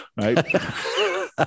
right